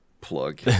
plug